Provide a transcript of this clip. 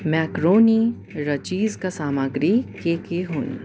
macaroni र चिजका सामग्री के के हुन्